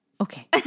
Okay